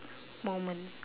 moment